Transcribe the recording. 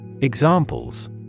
Examples